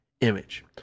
image